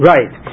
Right